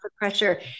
pressure